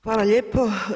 Hvala lijepo.